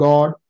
God